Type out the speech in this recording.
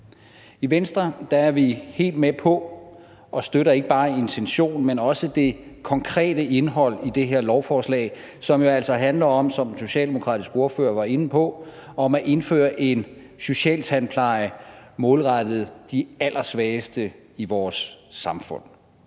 I Venstre er vi helt med på det og støtter ikke bare intentionen, men også det konkrete indhold i det her lovforslag, som jo altså handler om, som den socialdemokratiske ordfører var inde på, at indføre en social tandpleje målrettet de allersvageste i vores samfund.